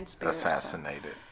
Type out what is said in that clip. assassinated